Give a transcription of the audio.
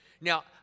Now